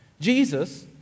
Jesus